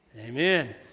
amen